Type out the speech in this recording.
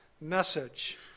message